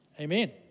Amen